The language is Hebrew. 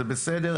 זה בסדר,